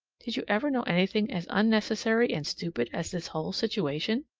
did you ever know anything as unnecessary and stupid as this whole situation?